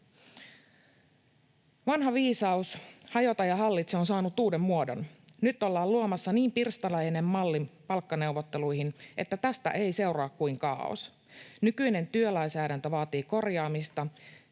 Vanha viisaus ”hajota ja hallitse” on saanut uuden muodon. Nyt ollaan luomassa niin pirstaleinen malli palkkaneuvotteluihin, että tästä ei seuraa kuin kaaos. Nykyinen työlainsäädäntö vaatii korjaamista.